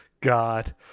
God